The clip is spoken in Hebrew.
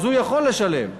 אז הוא יכול לשלם.